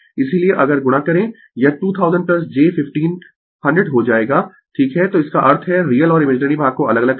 इसीलिये अगर गुणा करें यह 2000 j 15 100 हो जाएगा ठीक है तो इसका अर्थ है रियल और इमेजिनरी भाग को अलग अलग करें